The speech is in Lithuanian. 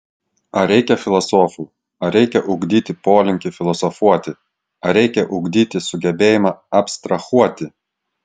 ar reikia filosofų ar reikia ugdyti polinkį filosofuoti ar reikia ugdyti sugebėjimą abstrahuoti